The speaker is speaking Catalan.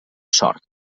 sort